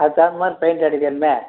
அதுக்கு தகுந்த மாதிரி பெயிண்ட் அடிக்கணுமே